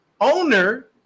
owner